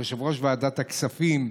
יושב-ראש ועדת הכספים,